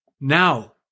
Now